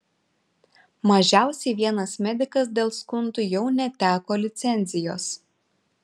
mažiausiai vienas medikas dėl skundų jau neteko licencijos